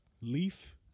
Leaf